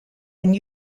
and